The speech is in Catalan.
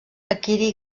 adquirí